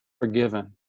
forgiven